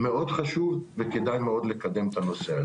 חשוב מאוד וכדאי מאוד לקדם את הנושא הזה.